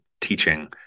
teaching